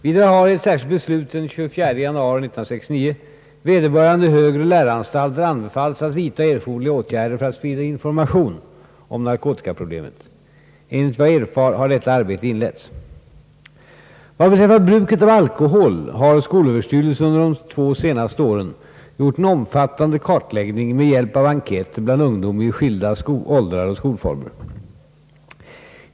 Vidare har i ett särskilt beslut den 24 januari 1969 vederbörande högre läroanstalter anbefallts att vidta erforderliga åtgärder för att sprida information om narkotikaproblemet. Enligt vad jag erfarit har detta arbete inletts. Vad beträffar bruket av alkohol har skolöverstyrelsen under de senaste två åren gjort en omfattande kartläggning med hjälp av enkäter bland ungdom i skilda åldrar och skolformer.